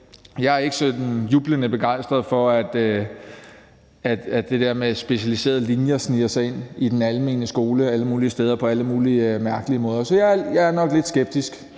Jeg er ikke sådan jublende begejstret for, at det der med specialiserede linjer sniger sig ind i den almene skole alle mulige steder på alle mulige mærkelige måder. Så jeg er nok lidt skeptisk